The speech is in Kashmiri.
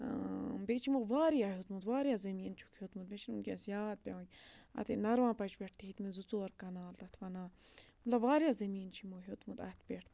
بیٚیہِ چھِ یِمو واریاہ ہیوٚتمُت واریاہ زٔمیٖن چھُکھ ہیوٚتمُت مےٚ چھِنہٕ وٕنۍکٮ۪س یاد پٮ۪وان اَتھے نَروا پچہِ پٮ۪ٹھ تہِ ہیٚتۍمٕتۍ زٕ ژور کَنال تَتھ وَنان مطلب واریاہ زمیٖن چھِ یِمو ہیوٚتمُت اَتھ پٮ۪ٹھ